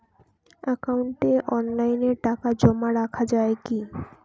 একাউন্টে অনলাইনে টাকা জমা রাখা য়ায় কি?